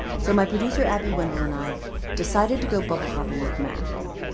so my producer abby wendle and i decided to go bubble hopping with max.